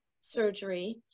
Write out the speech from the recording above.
surgery